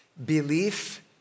Belief